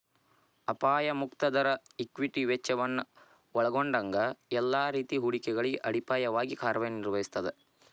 ಅಪಾಯ ಮುಕ್ತ ದರ ಈಕ್ವಿಟಿ ವೆಚ್ಚವನ್ನ ಒಲ್ಗೊಂಡಂಗ ಎಲ್ಲಾ ರೇತಿ ಹೂಡಿಕೆಗಳಿಗೆ ಅಡಿಪಾಯವಾಗಿ ಕಾರ್ಯನಿರ್ವಹಿಸ್ತದ